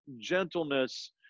gentleness